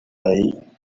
known